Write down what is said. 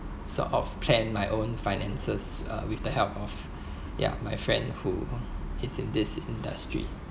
sort of plan my own finances uh with the help of ya my friend who is in this industry